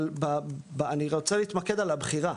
אבל אני רוצה להתמקד על הבחירה,